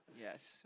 Yes